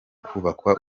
kubakwa